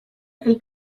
ivy